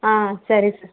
ಆಂ ಸರಿ ಸ